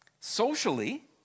Socially